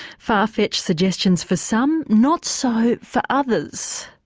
far fetched suggestions for some, not so for others.